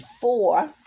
four